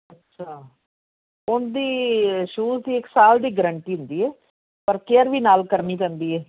ਅੱਛਾ ਉਹਦੀ ਸ਼ੂਜ਼ ਦੀ ਇੱਕ ਸਾਲ ਦੀ ਗਰੰਟੀ ਹੁੰਦੀ ਹੈ ਪਰ ਕੇਅਰ ਵੀ ਨਾਲ ਕਰਨੀ ਪੈਂਦੀ ਹੈ